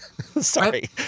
Sorry